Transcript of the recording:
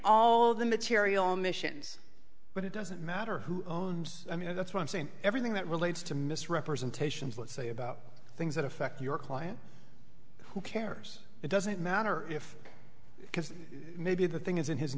all the material missions but it doesn't matter who owns i mean that's what i'm saying everything that relates to misrepresentations let's say about things that affect your client who cares it doesn't matter if because maybe the thing is in his